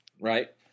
right